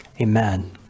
Amen